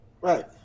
Right